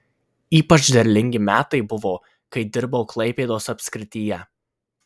ypač derlingi metai buvo kai dirbau klaipėdos apskrityje